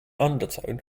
undertone